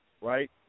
right